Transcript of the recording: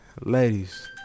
Ladies